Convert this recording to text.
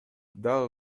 дагы